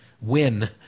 win